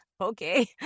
Okay